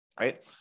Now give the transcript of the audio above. right